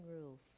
rules